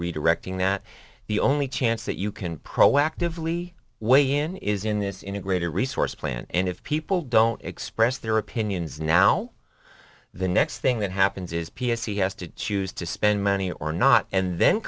redirecting that the only chance that you can proactively weigh in is in this integrated resource plan and if people don't express their opinions now the next thing that happens is p f c has to choose to spend money or not and then